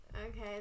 Okay